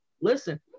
Listen